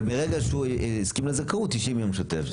אבל ברגע שהוא הסכים לזכאות, 90 יום שוטף.